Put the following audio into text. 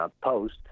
Post